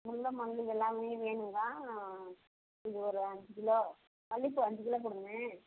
முல்லை மல்லி எல்லாமே வேணும் தான் இது ஒரு அஞ்சு கிலோ மல்லிப்பூ அஞ்சு கிலோ கொடுங்க